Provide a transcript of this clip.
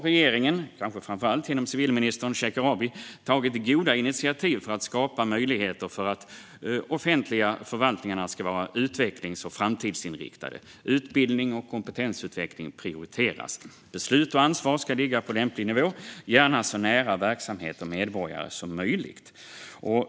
Regeringen har, kanske framför allt genom civilminister Shekarabi, tagit goda initiativ för att skapa möjligheter för att offentliga förvaltningar ska vara utvecklings och framtidsinriktade. Utbildning och kompetensutveckling prioriteras. Beslut och ansvar ska ligga på lämplig nivå, gärna så nära verksamhet och medborgare som möjligt.